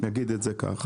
נגיד את זה ככה.